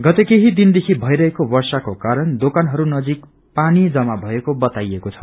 गत केही दिनदेखि भइरहेको वर्षाको कारण दोकानहरू नजिक पानी जमा भऐको बताइएको छ